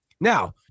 Now